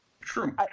True